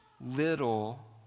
little